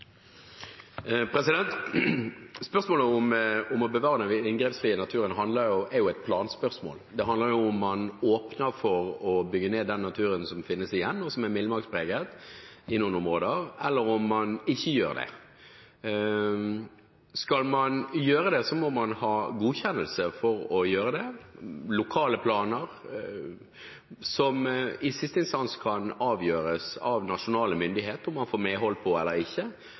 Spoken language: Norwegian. jo et planspørsmål. Det handler om hvorvidt man åpner for å bygge ned den naturen som finnes igjen, og som er villmarkspreget i noen områder, eller hvorvidt man ikke gjør det. Skal man gjøre det, må man ha godkjennelse for å gjøre det, lokale planer, som i siste instans kan avgjøres av nasjonale myndigheter. Om man får medhold eller ikke, avhenger av om Fylkesmannen gir innsigelse eller ikke,